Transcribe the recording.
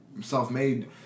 self-made